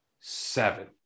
seven